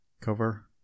cover